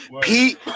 Pete